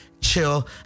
chill